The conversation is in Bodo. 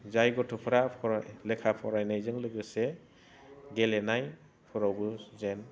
जाय गथ'फ्रा फराय लेखा फरायनायजों लोगोसे गेलेनायफोरावबो जेन